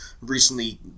recently